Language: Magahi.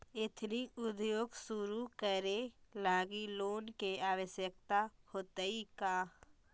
एथनिक उद्योग शुरू करे लगी लोन के आवश्यकता होतइ का?